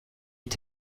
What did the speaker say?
est